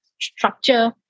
structure